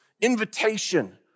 invitation